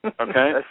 Okay